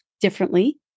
differently